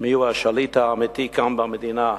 מי השליט האמיתי כאן, במדינה,